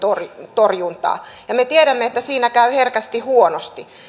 torjuntaa me tiedämme että siinä käy herkästi huonosti